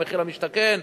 מחיר למשתכן,